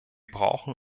brauchen